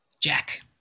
jack